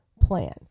plan